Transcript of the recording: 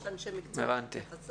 יש אנשי מקצוע שיתייחסו,